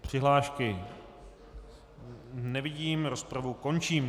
Přihlášky nevidím, rozpravu končím.